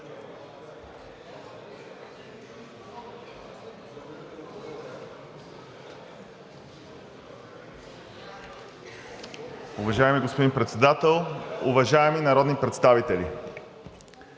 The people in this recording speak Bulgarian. Уважаеми господин Председател, уважаеми представители